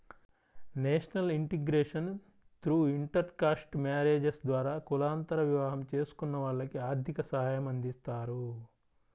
national integration through intercaste marriages ద్వారా కులాంతర వివాహం చేసుకున్న వాళ్లకి ఆర్థిక సాయమందిస్తారు